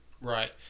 Right